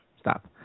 Stop